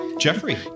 Jeffrey